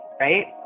right